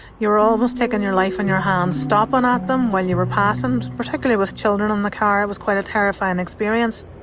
almost taking your life in your hands stopping at them when you were passing, particularly with children in the car. it was quite a terrifying experience